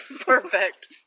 Perfect